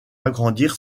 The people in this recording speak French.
agrandir